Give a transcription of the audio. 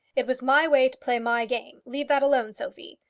it was my way to play my game. leave that alone, sophie.